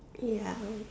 ya mm